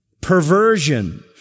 perversion